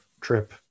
trip